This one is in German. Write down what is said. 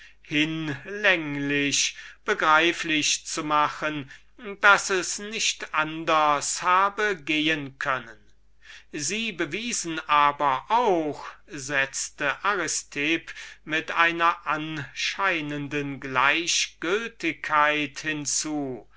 hinlänglich begreiflich zu machen daß es nicht anders habe gehen können sie bewiesen aber auch setzte aristipp mit einer anscheinenden gleichgültigkeit hinzu